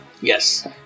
Yes